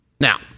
Now